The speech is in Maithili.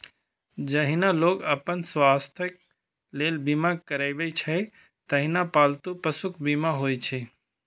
जहिना लोग अपन स्वास्थ्यक लेल बीमा करबै छै, तहिना पालतू पशुक बीमा होइ छै